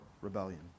rebellion